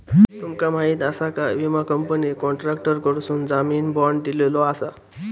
तुमका माहीत आसा काय, विमा कंपनीने कॉन्ट्रॅक्टरकडसून जामीन बाँड दिलेलो आसा